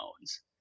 phones